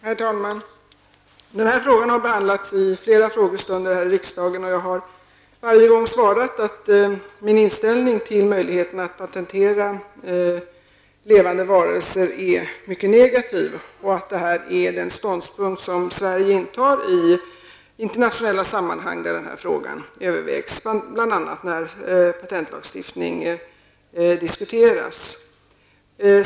Herr talman! Denna fråga har behandlats i flera frågestunder här i riksdagen. Jag har varje gång svarat att min inställning till möjligheten att patentera levande varelser är mycket negativ och att detta är den ståndpunkt Sverige intar i internationella sammanhang där denna fråga övervägs, bl.a. när patentlagstiftning diskuteras.